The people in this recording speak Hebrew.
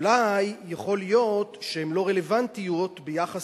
אולי יכול להיות שהן לא רלוונטיות ביחס